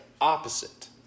opposite